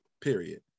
period